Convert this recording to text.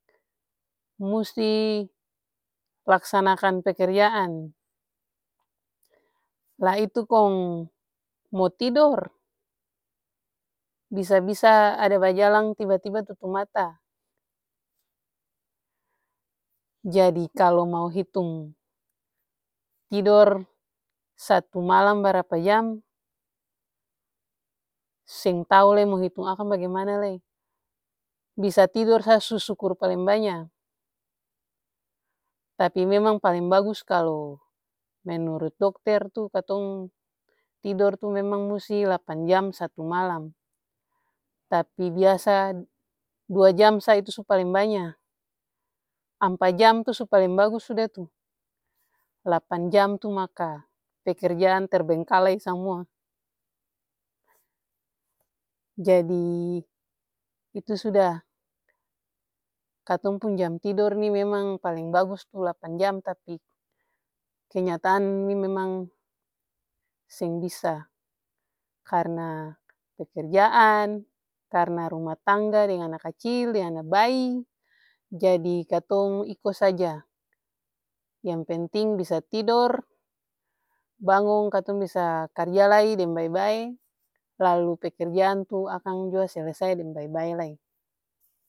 Musti laksanakan pekerjaan, lah itu kong mo tidor, bisa-bisa ada bajalang tiba-tiba tutup mata. Jadi kalu mo hitung tidor satu malam barapa jam seng tau lai mo hitung akang bagimana lai, bisa tidor sa su sukur paleng banya. Tapi memang paling bagus kalu menurut dokter tuh katong tidor tuh memang musti lapan jam satu malam. Tapi biasa dua jam sa itu su paleng banya, ampa jam tuh su paleng bagus suda tuh, lapan jam tuh maka pekerjaan terbengkalai samua. Jadi itu suda katong pung jam tidor nih memang paling bagus tuh lapan jam tapi kenyataan nih memang seng bis karna pekerjaan, karna ruma tangga deng ana kacil, deng ana bayi jadi katong iko saja yang penting bisa tidor bangung katong bisa karja lai deng bae-bae, lalu pekerjaan tuh akang jua selesai deng bae-bae lai.